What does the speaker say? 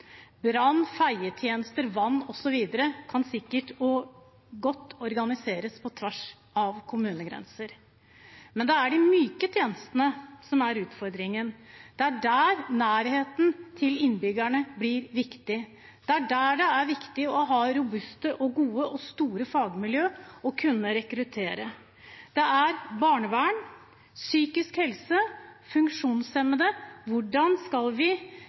feietjenester, vann osv. kan sikkert og godt organiseres på tvers av kommunegrenser. Det er de myke tjenestene som er utfordringen. Det er der nærheten til innbyggerne blir viktig, det er der det er viktig å ha robuste, gode og store fagmiljø og å kunne rekruttere. Det er barnevern, psykisk helse, funksjonshemmede. Hvordan skal vi